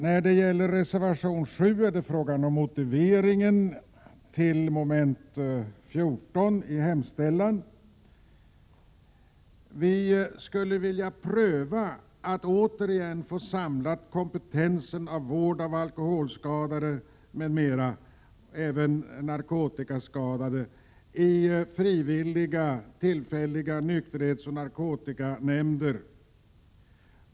När det gäller reservation 7 är det fråga om motiveringen till mom. 14 i hemställan. Vi skulle vilja att man prövar att återigen samla kompetensen när det gäller vård av alkoholoch narkotikaskadade i frivilliga, tillfälliga nykterhetsoch narkotikanämnder.